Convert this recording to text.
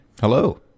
Hello